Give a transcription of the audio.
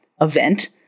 event